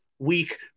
Week